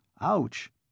Ouch